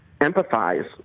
empathize